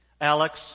Alex